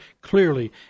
clearly